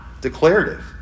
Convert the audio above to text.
declarative